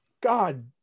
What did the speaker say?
god